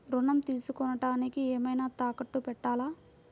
ఋణం తీసుకొనుటానికి ఏమైనా తాకట్టు పెట్టాలా?